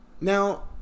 now